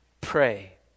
pray